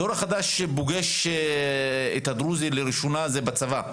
הדור החדש שפוגש את הדרוזים לראשונה זה בצבא,